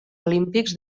olímpics